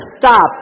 stop